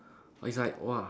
it's like !wah!